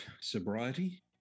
sobriety